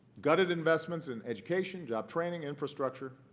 gutted investments in education, job training, infrastructure,